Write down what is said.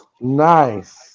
nice